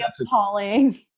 appalling